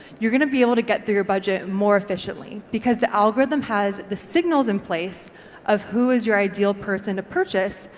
you're gonna be able to get through your budget more efficiently because the algorithm has the signals in place of who is your ideal person to purchase,